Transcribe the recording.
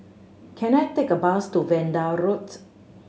can I take a bus to Vanda Road